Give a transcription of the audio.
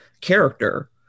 character